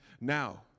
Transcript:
now